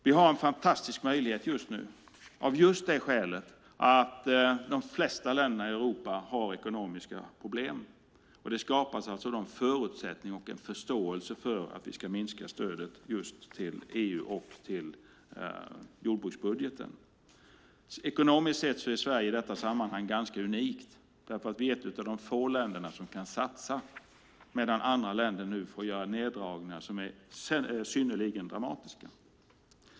Vi har en fantastisk möjlighet just nu av det skälet att de flesta länderna i Europa har ekonomiska problem. Det skapas alltså förutsättningar och en förståelse för att vi ska minska stödet just till EU och till jordbruksbudgeten. Ekonomiskt sett är Sverige i detta sammanhang ganska unikt, för vi är ett av de få länder som kan satsa medan andra länder nu får göra neddragningar som är synnerligen dramatiska.